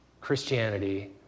Christianity